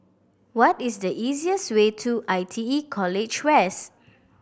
what is the easiest way to I T E College West